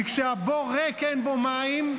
כי כשהבור ריק, אין בו מים,